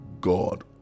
God